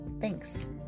Thanks